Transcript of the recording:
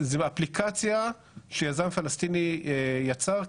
זו אפליקציה שיזם פלסטיני יצר,